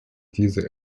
diese